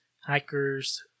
hikers